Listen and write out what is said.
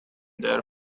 their